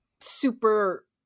super